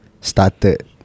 started